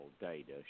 data